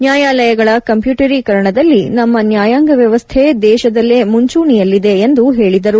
ನ್ಯಾಯಾಲಯಗಳ ಕಂಪ್ಯೂಟರೀಕರಣದಲ್ಲಿ ನಮ್ಮ ನ್ಯಾಯಾಂಗ ವ್ಯವಸ್ಥೆ ದೇಶದಲ್ಲೇ ಮುಂಚೂಣಿಯಲ್ಲಿದೆ ಎಂದು ಹೇಳಿದರು